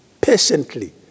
patiently